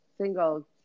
single